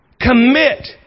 commit